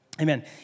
Amen